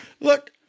Look